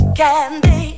candy